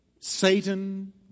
Satan